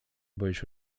boisz